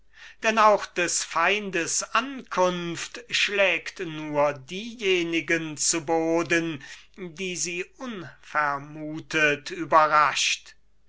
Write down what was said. denn auch des feindes ankunft schlägt diejenigen zu boden die sie unvermuthet überrascht